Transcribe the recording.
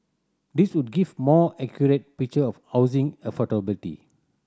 these would give more accurate picture of housing affordability